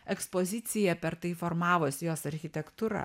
ekspozicija per tai formavosi jos architektūra